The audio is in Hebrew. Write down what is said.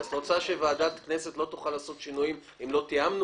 את רוצה שוועדת כנסת לא תוכל לעשות שינויים אם היא לא תיאמה?